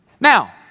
Now